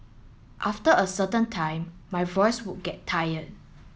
after a certain time my voice would get tired